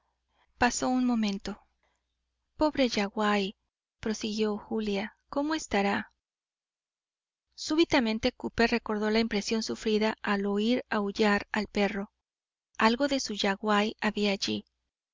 pasó un momento pobre yaguaí prosiguió julia cómo estará súbitamente cooper recordó la impresión sufrida al oir aullar al perro algo de su yaguaí había allí